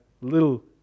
little